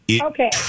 Okay